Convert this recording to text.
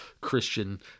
Christian